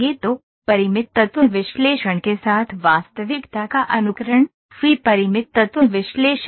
तो परिमित तत्व विश्लेषण के साथ वास्तविकता का अनुकरण FEA परिमित तत्व विश्लेषण है